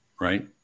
right